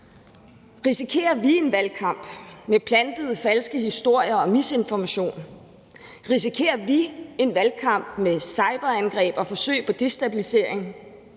Risikerer vi en valgkamp med plantede falske historier og misinformation? Risikerer vi en valgkamp med cyberangreb og forsøg på destabilisering?